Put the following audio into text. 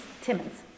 Timmons